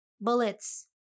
bullets